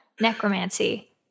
necromancy